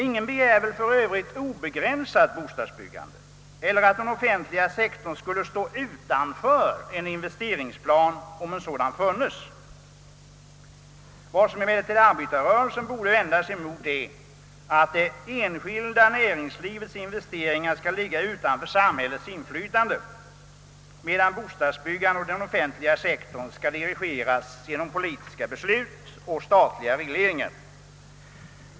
Ingen begär väl för övrigt obegränsat bostadsbyggande eller att den offentliga sektorn skulle stå utanför en investeringsplan, om en sådan funnes. Vad emellertid arbetarrörelsen borde vända sig mot är att det enskilda näringslivets investeringar ligger utanför samhällets inflytande, medan «bostadsbyggandet och den offentliga sektorn skall dirigeras genom politiska beslut och statliga regleringar.